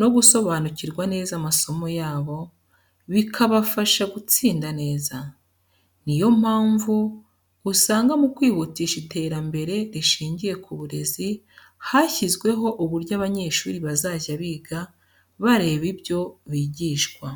no gusobanukirwa neza amasomo yabo, bikabafasha gutsinda neza. Ni yo mpamvu usaga mu kwihutisha iterambere rishingiye ku burezi, hashyizweho uburyo abanyeshuri bazajya biga bareba ibyo bigishwa.